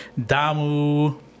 damu